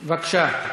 בבקשה.